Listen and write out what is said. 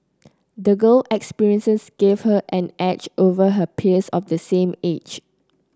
the girl experiences gave her an edge over her peers of the same age